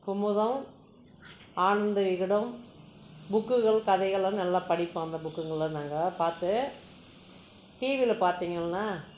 குமுதம் ஆனந்த விகடன் புக்குகள் கதைகள்லாம் நல்லா படிப்போம் அந்த புக்குங்களை நாங்கள் பார்த்து டிவியில் பார்த்திங்கன்னா